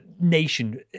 nation